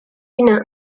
dinner